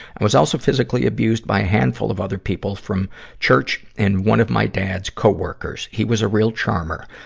i was also physical abused by a handful of other people from church and one of my dad's co-workers. he was a real charmer,